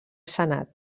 senat